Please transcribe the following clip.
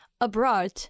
Abroad